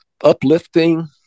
uplifting